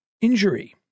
injury